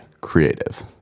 creative